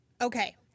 okay